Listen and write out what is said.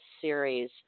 series